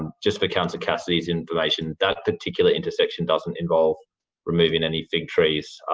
just for councillor cassidy's information, that particular intersection doesn't involve removing any fig trees.